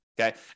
Okay